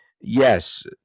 Yes